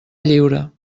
lliure